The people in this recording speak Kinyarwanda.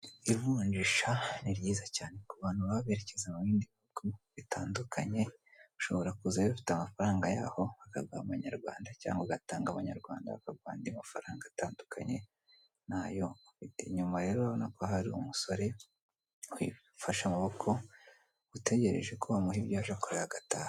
Ivunjisha ni ryiza cyane ku bantu baba berekeza mu bindi bihugu bitandukanye, ushobora kuza wifitiye amafaranga yaho bakaguha amanyarwanda cyangwa ugatanga amanyarwanda bakaguha andi amafaranga atandukanye nayo ufite. Inyuma rero urabona ko hari umusore wifashe amaboko utegereje ko bamuha ibyo aje kureba agataha.